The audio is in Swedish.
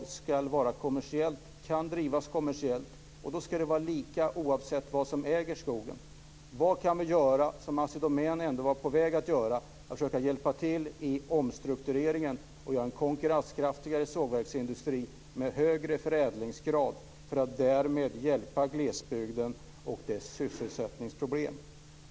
Vad kan drivas kommersiellt? Då ska det vara lika oavsett vem som äger skogen. Assi Domän var på väg att försöka hjälpa till i omstruktureringen och skapa en konkurrenskraftigare sågverksindustri med högre förädlingsgrad för att därmed hjälpa glesbygden att lösa sina sysselsättningsproblem.